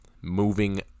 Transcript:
moving